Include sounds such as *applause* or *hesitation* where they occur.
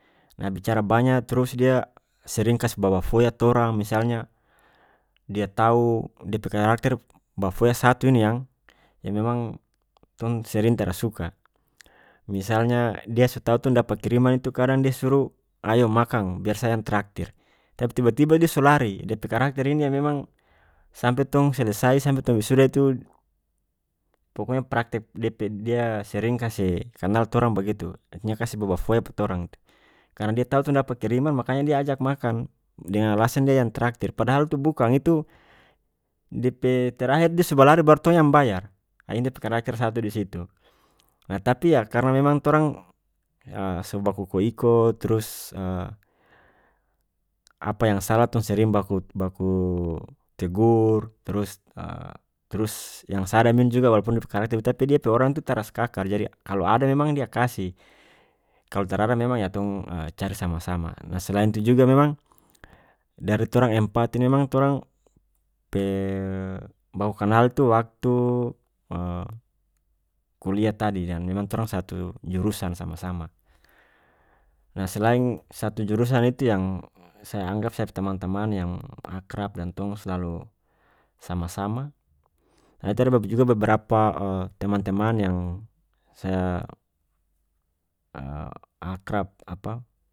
Nah bicara banya trus dia sering kas babafoya torang misalnya dia tau dia pe karakter bafoya satu ini yang- yang memang tong sering tara suka misalnya dia so tau tong dapa kiriman itu kadang dia suru ayo makang biar saya yang traktir tapi tiba-tiba dia so lari dia pe karakter ini yang memang sampe tong selesai sampe tong wisuda itu pokonya praktek dia pe dia sering kase kanal torang bagitu artinya kase babafoya pa torang itu karena dia tau tong dapa kiriman makanya dia ajak makan dengan alasan dia yang traktir padahal tu bukang itu dia pe terahir dia so bawa lari baru tong yang bayar ah ini dia pe karakter atu disitu nah tapi yah karena memang torang ya so baku iko-iko trus *hesitation* apa yang salah tong sering baku- baku tegur trus *hesitation* trus yang sadam ini juga walaupun dia pe karakter itu tapi dia pe orang itu tara skakar jadi kalu ada memang dia kasih kalu tarada memang yah tong *hesitation* cari sama-sama nah selain itu juga memang dari torang empat ini memang torang pe baku kanal itu waktu *hesitation* kuliah tadi dan memang torang satu jurusan sama-sama nah selain satu jurusan itu yang saya anggap saya pe tamang-tamang yang akrab dan tong slalu sama-sama *hesitation* itu ada *unintelligible* juga beberapa *hesitation* teman-teman yang saya *hesitation* akrab apa.